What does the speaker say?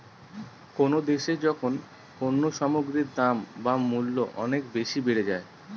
কোনো দেশে যখন পণ্য সামগ্রীর দাম বা মূল্য অনেক বেশি বেড়ে যায়